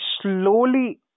slowly